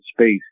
space